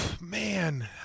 man